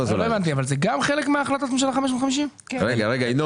להחלטת ממשלה מספר 550 מיום